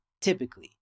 typically